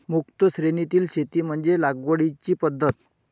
मुक्त श्रेणीतील शेती म्हणजे लागवडीची पद्धत